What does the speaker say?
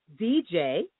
DJ